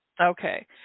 Okay